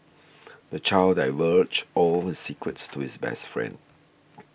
the child divulged all his secrets to his best friend